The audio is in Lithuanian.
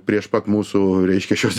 prieš pat mūsų reiškia šios